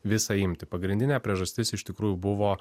visą imtį pagrindinė priežastis iš tikrųjų buvo